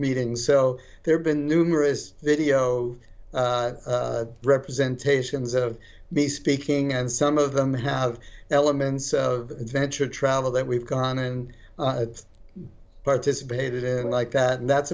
meetings so there's been numerous video representation so be speaking and some of them have elements of adventure travel that we've gone and participated in like that and that's